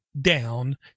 down